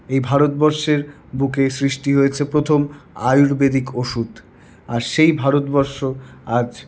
এই ভারতবর্ষের বুকে সৃষ্টি হয়েছে প্রথম আয়ুর্বেদিক ওষুধ আর সেই ভারতবর্ষ আজ